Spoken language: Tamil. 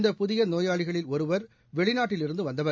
இந்தபுதிய நோயாளிகளில் ஒருவர் வெளிநாட்டில் இருந்து வந்தவர்